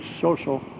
social